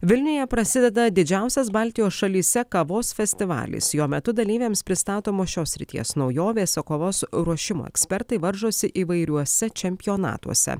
vilniuje prasideda didžiausias baltijos šalyse kavos festivalis jo metu dalyviams pristatomos šios srities naujovės o kavos ruošimo ekspertai varžosi įvairiuose čempionatuose